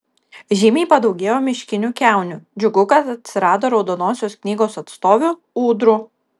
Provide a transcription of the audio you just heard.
žymiai padaugėjo miškinių kiaunių džiugu kad atsirado raudonosios knygos atstovių ūdrų